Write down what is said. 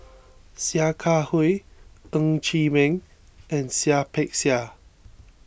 Sia Kah Hui Ng Chee Meng and Seah Peck Seah